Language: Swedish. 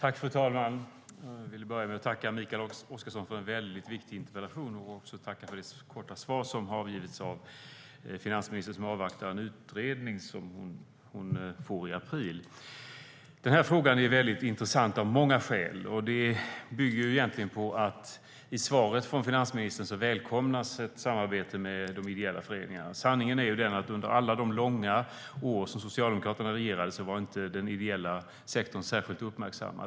Fru talman! Jag vill börja med att tacka Mikael Oscarsson för en mycket viktig interpellation och också tacka för det korta svar som har avgivits av finansministern, som avvaktar en utredning som hon får i april. Den här frågan är intressant av många skäl. I svaret från finansministern välkomnas ett samarbete med de ideella föreningarna. Sanningen är den att under alla de många år som Socialdemokraterna regerade var inte den ideella sektorn särskilt uppmärksammad.